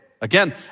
Again